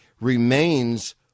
remains